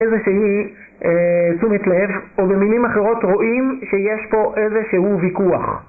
איזה שהיא תשומת לב, או במילים אחרות רואים שיש פה איזה שהוא ויכוח.